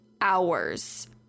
hours